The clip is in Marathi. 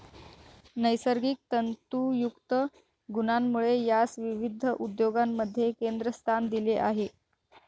नैसर्गिक तंतुयुक्त गुणांमुळे यास विविध उद्योगांमध्ये केंद्रस्थान दिले आहे